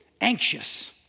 anxious